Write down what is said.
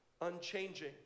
unchanging